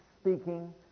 speaking